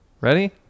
Ready